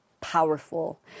powerful